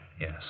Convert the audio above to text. Yes